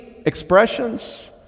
expressions